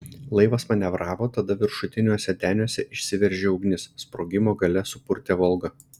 laivas manevravo tada viršutiniuose deniuose išsiveržė ugnis sprogimo galia supurtė volgą